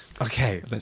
Okay